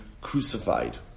crucified